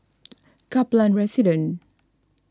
Kaplan Residence